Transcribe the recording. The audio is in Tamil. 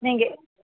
நீங்கள்